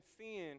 seeing